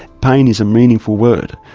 pain is a meaningful word,